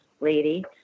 lady